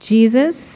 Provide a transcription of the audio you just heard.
Jesus